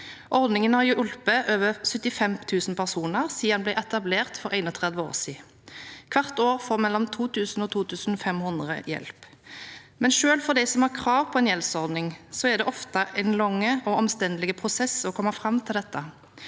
Ordningen har hjulpet over 75 000 personer siden den ble etablert for 31 år siden. Hvert år får mellom 2 000 og 2 500 personer hjelp. Men selv for dem som har krav på en gjeldsordning, er det ofte en lang og omstendelig prosess å komme fram til dette.